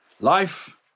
Life